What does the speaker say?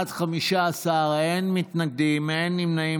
בעד, 15, אין מתנגדים ואין נמנעים.